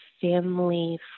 family